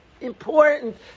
important